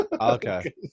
Okay